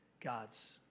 God's